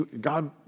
God